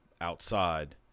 outside